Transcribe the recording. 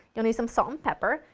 you ll need some salt and pepper,